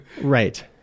Right